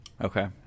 Okay